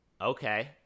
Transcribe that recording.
Okay